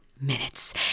minutes